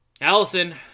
Allison